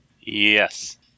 Yes